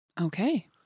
Okay